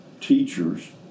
teachers